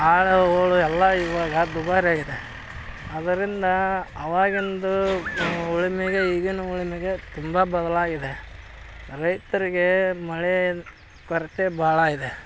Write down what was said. ಆಳು ಉಳು ಎಲ್ಲ ಇವಾಗ ದುಬಾರಿಯಾಗಿದೆ ಆದ್ದರಿಂದ ಅವಾಗಿಂದು ಉಳುಮೆಗೆ ಈಗಿನ ಉಳುಮೆಗೆ ತುಂಬ ಬದಲಾಗಿದೆ ರೈತರಿಗೆ ಮಳೆ ಕೊರತೆ ಭಾಳ ಇದೆ